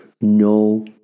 No